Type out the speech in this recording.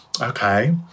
okay